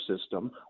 system